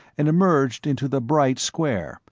and emerged into the bright square,